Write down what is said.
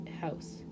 house